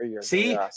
See